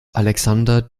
alexander